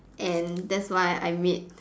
and that's why I made